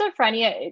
schizophrenia